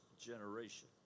generation